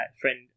friend